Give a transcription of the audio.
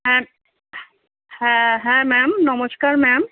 হ্যাঁ হ্যাঁ হ্যাঁ ম্যাম নমস্কার ম্যাম